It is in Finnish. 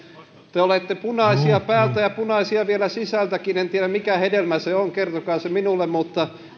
te te olette punaisia päältä ja punaisia vielä sisältäkin en tiedä mikä hedelmä se on kertokaa se minulle mutta